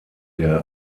der